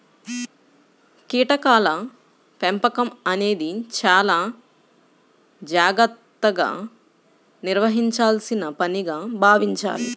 కీటకాల పెంపకం అనేది చాలా జాగర్తగా నిర్వహించాల్సిన పనిగా భావించాలి